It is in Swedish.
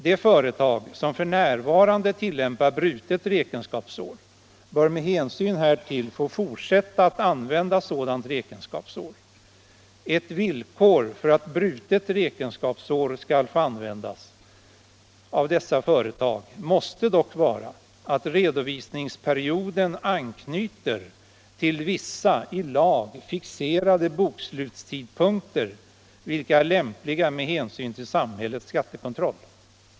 De företag som f.n. tillämpar brutet räkenskapsår bör med hänsyn härtill få fortsätta att använda sådant räkenskapsår. Ett villkor för att brutet räkenskapsår skall få användas av dessa företag måste dock vara att redovisningsperioden anknyter till vissa i lag fixerade bokslutstidpunkter, vilka är lämpliga med hänsyn till samhällets skattekontroll.